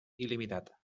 il·limitat